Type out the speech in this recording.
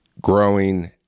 growing